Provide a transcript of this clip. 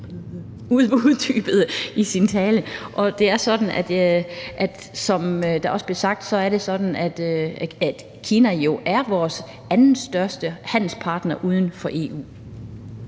uddybede det i sin tale. Som der også blev sagt, er det sådan, at Kina jo er vores andenstørste handelspartner uden for EU.